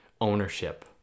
ownership